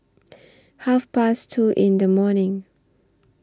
Half Past two in The morning